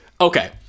Okay